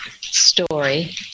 story